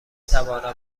توانم